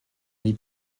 vie